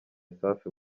safi